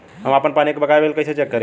हम आपन पानी के बकाया बिल कईसे चेक करी?